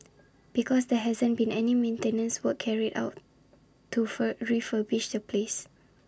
because there hasn't been any maintenance works carried out to fur refurbish the place